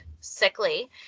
sickly